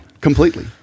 completely